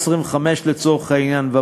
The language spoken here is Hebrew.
25 ומעלה לצורך העניין,